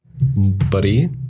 Buddy